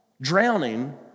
drowning